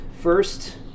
first